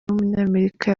w’umunyamerika